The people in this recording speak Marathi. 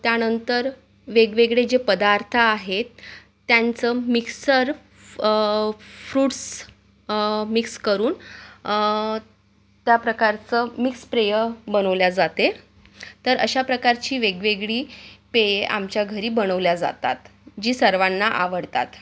त्यानंतर वेगवेगळे जे पदार्थ आहेत त्यांचं मिक्सर फ् फ्रुट्स मिक्स करून त्याप्रकारचं मिक्स पेय बनवली जाते तर अशा प्रकारची वेगवेगळी पेय आमच्या घरी बनवल्या जातात जी सर्वांना आवडतात